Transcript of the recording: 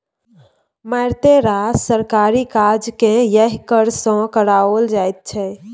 मारिते रास सरकारी काजकेँ यैह कर सँ कराओल जाइत छै